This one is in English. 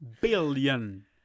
Billion